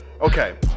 okay